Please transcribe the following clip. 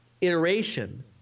iteration